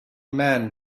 man